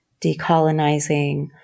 decolonizing